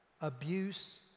abuse